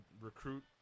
recruit